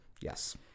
Yes